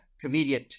comedian